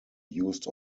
used